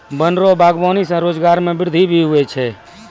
वन रो वागबानी से रोजगार मे वृद्धि भी हुवै छै